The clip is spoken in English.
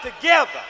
together